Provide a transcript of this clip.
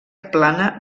plana